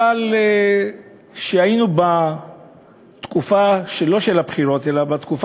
אבל כשלא היינו בתקופה של הבחירות אלא בתקופה